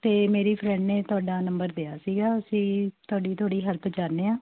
ਅਤੇ ਮੇਰੀ ਫਰੈਂਡ ਨੇ ਤੁਹਾਡਾ ਨੰਬਰ ਦਿਆ ਸੀਗਾ ਅਸੀਂ ਤੁਹਾਡੀ ਥੋੜ੍ਹੀ ਹੈਲਪ ਚਾਹੁੰਦੇ ਹਾਂ